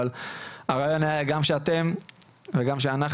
הרעיון היה שכולנו נהיה על אותו